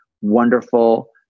wonderful